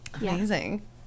amazing